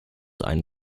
einen